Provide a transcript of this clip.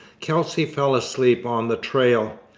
kelsey fell asleep on the trail.